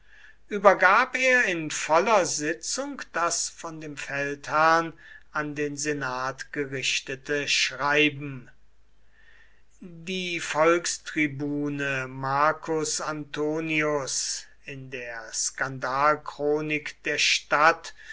übergab er in voller sitzung das von dem feldherrn an den senat gerichtete schreiben die volkstribune marcus antonius in der skandalchronik der stadt